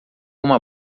uma